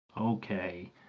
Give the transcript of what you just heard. Okay